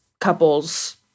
couples